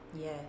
Yes